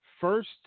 first